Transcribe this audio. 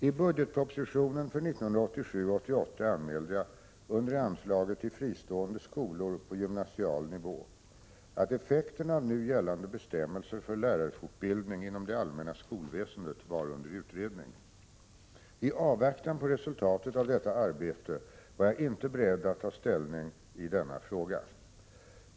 I budgetpropositionen för 1987/88 anmälde jag under anslaget till fristående skolor på gymnasial nivå att effekterna av nu gällande bestämmelser för lärarfortbildning inom det allmänna skolväsendet var under utredning. I avvaktan på resultatet av detta arbete var jag inte beredd att ta ställning i denna fråga.